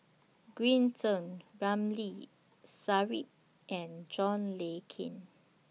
Green Zeng Ramli Sarip and John Le Cain